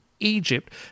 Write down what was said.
Egypt